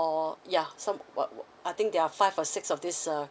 or yeah some I think there are five or six of these err